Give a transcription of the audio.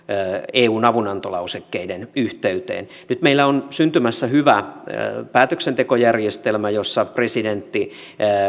eun avunantolausekkeiden yhteyteen nyt meillä on syntymässä hyvä päätöksentekojärjestelmä jossa presidentti